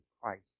Christ